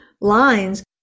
lines